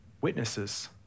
witnesses